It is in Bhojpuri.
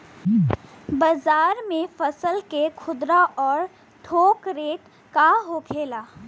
बाजार में फसल के खुदरा और थोक रेट का होखेला?